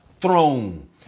throne